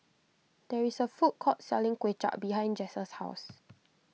there is a food court selling Kuay Chap behind Jess' house